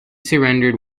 surrendered